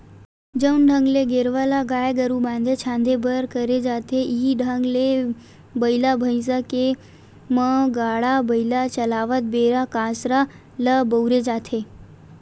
जउन ढंग ले गेरवा ल गाय गरु बांधे झांदे बर करे जाथे इहीं ढंग ले बइला भइसा के म गाड़ा बइला चलावत बेरा कांसरा ल बउरे जाथे